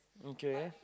okay